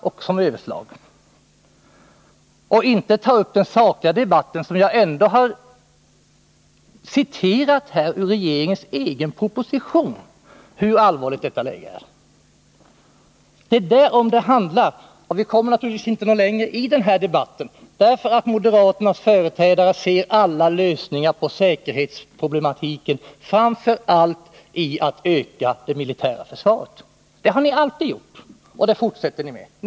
Försvarsministern tar däremot inte upp den sakliga debatten om hur allvarligt detta läge är, trots att jag fört den med utgångspunkt från citat ur regeringens egen proposition! Vi kommer inte längre i den här debatten, eftersom moderaternas företrädare anser att lösningen på alla säkerhetsproblem framför allt ligger i en ökning av det militära försvaret. Det har ni alltid gjort, och det fortsätter ni med.